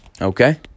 Okay